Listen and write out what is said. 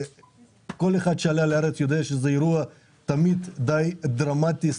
כל אחד שעלה לארץ יודע שזה אירוע תמיד די דרמטי/טראומטי,